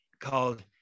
called